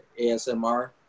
ASMR